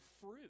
fruit